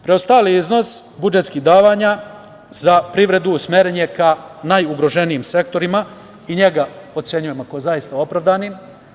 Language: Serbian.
Preostali iznos budžetskih davanja za privredu usmeren je ka najugroženijim sektorima i njega ocenjujemo kao zaista opravdanim.